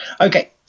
Okay